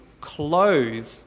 clothe